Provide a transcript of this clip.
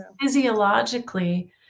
physiologically